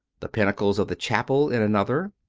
the pinnacles of the chapel in another,